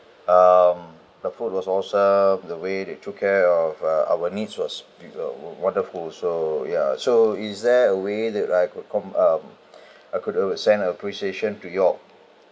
um the food was awesome the way that you took care of uh our needs was it was wonderful so ya so is there a way that I could come um I could uh send our appreciation to you all